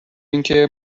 اینکه